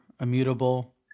immutable